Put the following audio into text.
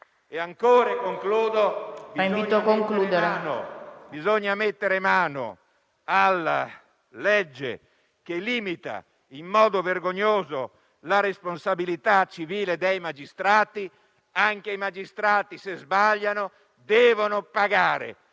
giudica. Infine, bisogna mettere mano alla legge che limita in modo vergognoso la responsabilità civile dei magistrati. Anche i magistrati, se sbagliano, devono pagare.